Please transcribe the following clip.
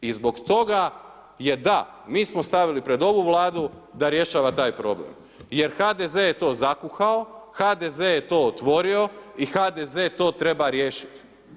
I zbog toga je da, mi smo stavili pred ovu Vladu da rješava taj problem, jer HDZ je to zakuhao, HDZ je to otvorio i HDZ to treba riješiti.